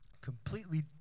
Completely